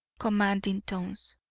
commanding tones